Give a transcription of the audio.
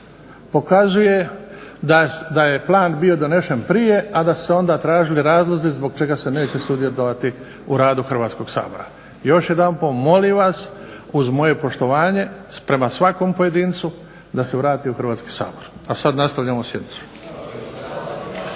pokazuje da je plan bio donesen prije, a da su se onda tražili razlozi zbog čega se neće sudjelovati u radu Hrvatskog sabora. Još jedanput molim vas uz moje poštovanje prema svakom pojedincu, da se vrati u Hrvatski sabor. **Šeks, Vladimir